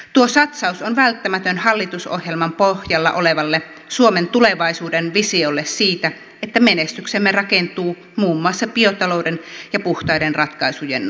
tuo satsaus on välttämätön hallitusohjelman pohjalla olevalle suomen tulevaisuuden visiolle siitä että menestyksemme rakentuu muun muassa biotalouden ja puhtaiden ratkaisujen nousulle